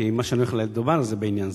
כי מה שאני הולך לומר זה בעניין זה.